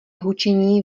hučení